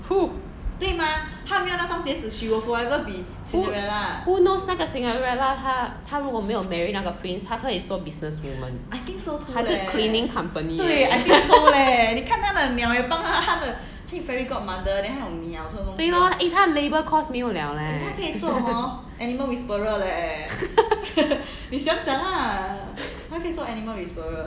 who who knows 那个 cinderella 她她如果没有 marry 那个 prince 她可以做 business woman 还是 cleaning company 对 lor eh 她的 labour cost 没有 liao leh 对 lor !aiya!